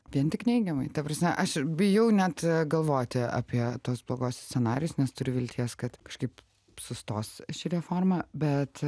vien tik neigiamai ta prasme aš bijau net galvoti apie tuos bloguosius scenarijus nes turiu vilties kad kažkaip sustos ši reforma bet